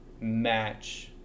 match